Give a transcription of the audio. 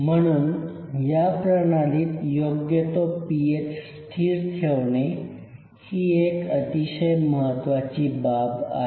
म्हणून या प्रणालीत योग्य तो पीएच स्थिर ठेवणे ही एक अतिशय महत्वाची बाब आहे